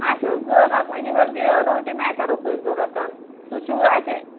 اَسہِ اوس ضروٗرت یہِ حظ یہِ روٹی میکَر اوس اَسہِ ضروٗرت سُہ چھُوا اَتہِ